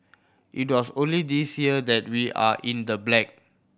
it was only this year that we are in the black